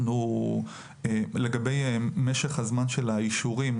לגבי משך הזמן של האישורים,